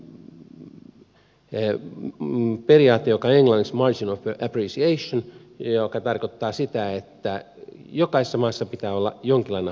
toinen on sitten periaate joka on englanniksi margin of appreciation joka tarkoittaa sitä että jokaisessa maassa pitää olla jonkinlainen harkintavalta